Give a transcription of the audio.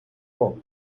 року